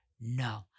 no